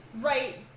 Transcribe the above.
right